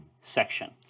section